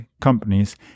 companies